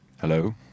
Hello